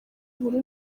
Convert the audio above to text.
nkuru